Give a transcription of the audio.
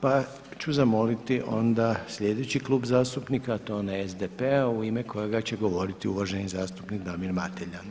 Pa ću zamoliti onda sljedeći Klub zastupnika a to je onaj SDP-a u ime kojega će govoriti uvaženi zastupnik Damir Materljan.